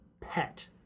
pet